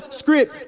script